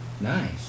Nice